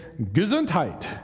Gesundheit